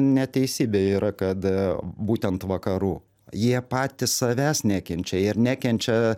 neteisybė yra kad būtent vakarų jie patys savęs nekenčia ir nekenčia